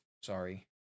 Sorry